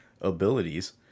abilities